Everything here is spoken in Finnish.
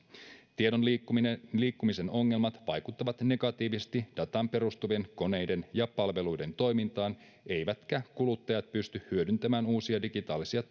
tiedon liikkumisen ongelmat vaikuttavat negatiivisesti dataan perustuvien koneiden ja palveluiden toimintaan eivätkä kuluttajat pysty hyödyntämään uusia digitaalisia